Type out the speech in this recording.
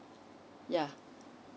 yeah